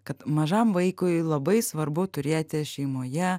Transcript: kad mažam vaikui labai svarbu turėti šeimoje